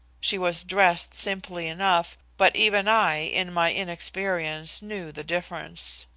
she was dressed simply enough, but even i, in my inexperience, knew the difference.